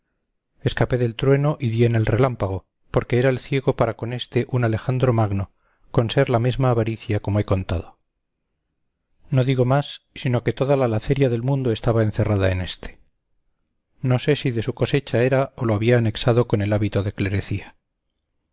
escapé del trueno y di en el relámpago porque era el ciego para con éste un alejandro magno con ser la mesma avaricia como he contado no digo más sino que toda la laceria del mundo estaba encerrada en éste no sé si de su cosecha era o lo había anexado con el hábito de clerecía